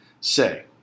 say